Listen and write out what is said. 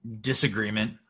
disagreement